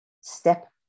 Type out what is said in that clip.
step